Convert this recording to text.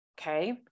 Okay